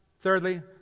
Thirdly